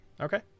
Okay